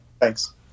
Thanks